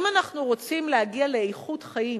אם אנחנו רוצים להגיע לאיכות חיים